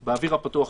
מותר באוויר הפתוח?